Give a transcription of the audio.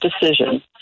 decision